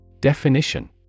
Definition